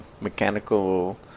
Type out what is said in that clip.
mechanical